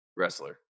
Wrestler